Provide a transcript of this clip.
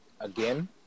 again